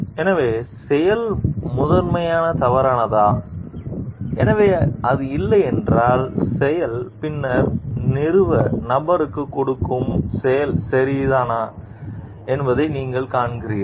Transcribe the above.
எனவே செயல் முதன்மையான தவறானதா எனவே அது இல்லை என்றால் செயல் பின்னர் நிறுவ நபருக்குக் கொடுக்கும் செயல் சரிதான் என்பதை நீங்கள் காண்கிறீர்கள்